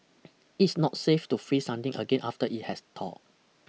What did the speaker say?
it's not safe to freeze something again after it has thawed